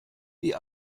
wie